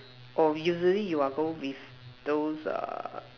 or usually we are go with those err